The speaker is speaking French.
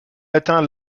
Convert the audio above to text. atteint